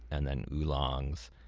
and then oolongs,